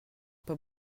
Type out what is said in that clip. pas